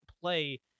play